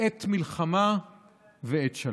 "עת מלחמה ועת שלום".